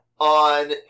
on